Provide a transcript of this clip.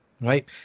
Right